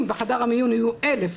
אם בחדר המיון היו 1,000